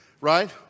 right